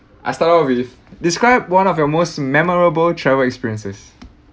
I start off with describe one of your most memorable travel experiences